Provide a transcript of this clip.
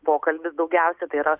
pokalbis daugiausiai tai yra